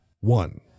One